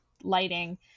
lighting